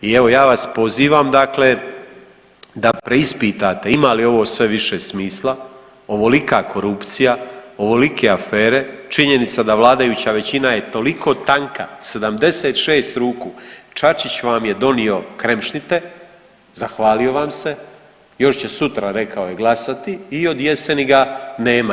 I evo ja vas pozivam dakle da preispitate ima li ovo sve više smisla, ovolika korupcija, ovolike afere, činjenica da vladajuća većina je toliko tanka 76 ruku, Čačić vam je donio kremšnite, zahvalio vam se, još će sutra rekao je glasati i od jeseni ga nema.